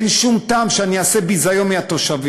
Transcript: אין שום טעם שאני אעשה ביזיון מהתושבים,